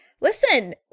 Listen